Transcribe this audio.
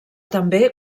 també